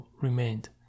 remained